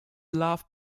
love